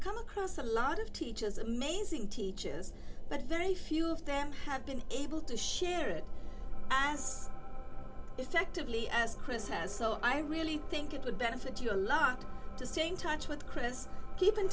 come across a lot of teachers amazing teachers but very few of them have been able to share it was effectively as chris has so i really think it would benefit you a lot to staying touch with chris keep in